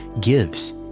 gives